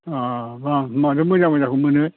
अ होनबा माथो मोजां मोजांखौनो मोनो